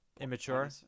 immature